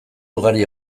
ugari